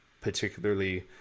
particularly